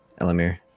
elamir